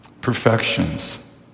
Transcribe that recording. perfections